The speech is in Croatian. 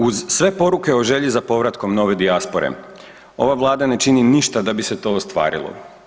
Uz sve poruke o želji za povratkom nove dijaspore, ova Vlada ne čini ništa da bi se to ostvarilo.